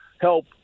help